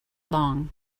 long